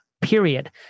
period